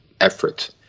effort